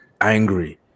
angry